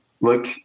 look